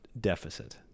deficit